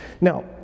Now